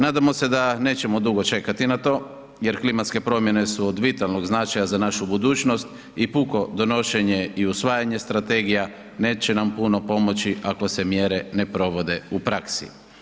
Nadamo se da nećemo dugo čekati na to jer klimatske promjene su od vitalnog značaja za našu budućnost i puko donošenje i usvajanje strategija neće nam puno pomoći ako se mjere ne provode u praksi.